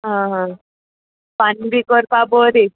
आ हा फन बी कोरपा बरें